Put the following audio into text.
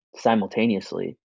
Simultaneously